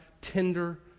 tender